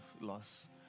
loss